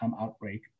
outbreak